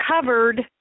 covered